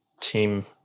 team